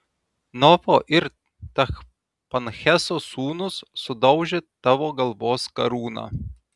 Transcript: nofo ir tachpanheso sūnūs sudaužė tavo galvos karūną